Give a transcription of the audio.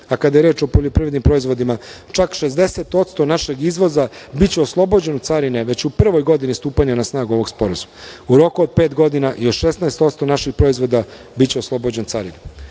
a kada je reč o poljoprivrednim proizvodima, čak 60% našeg izvoza biće oslobođeno carine već u prvoj godini stupanja na snagu ovog sporazuma. U roku od pet godina još 16% naših proizvoda biće oslobođeno carine. Jedan